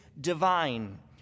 divine